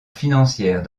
financière